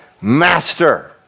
master